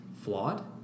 flawed